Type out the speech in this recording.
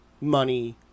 money